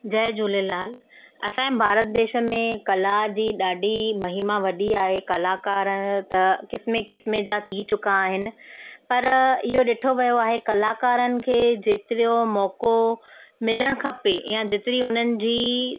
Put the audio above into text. जय झूलेलाल असांजे भारत देश में कला जी ॾाढी महिमा वॾी आहे कलाकार त क़िस्मे क़िस्मे जा थी चुका आहिनि पर इहो ॾिठो वियो आहे कलाकारनि खे जेतिरो मौक़ो मिलणु खपे या जेतिरी उन्हनि जी